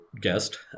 guest